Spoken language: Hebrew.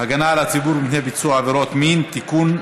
הגנה על הציבור מפני ביצוע עבירות מין (תיקון,